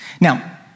Now